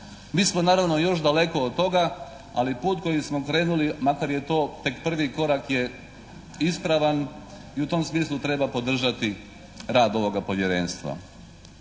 Mi smo naravno još daleko od toga, ali put kojim smo krenuli, makar je to tek prvi korak je ispravan i u tom smislu treba podržati rad ovoga Povjerenstva.